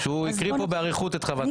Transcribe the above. הוא הקריא כאן באריכות את חוות הדעת.